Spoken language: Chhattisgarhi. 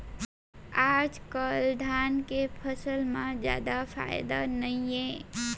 आजकाल धान के फसल म जादा फायदा नइये